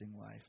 life